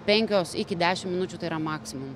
penkios iki dešimt minučių tai yra maksimum